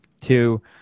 two